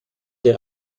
der